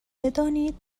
بدانید